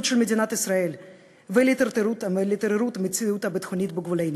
של מדינת ישראל ולהתערערות המציאות הביטחונית בגבולנו.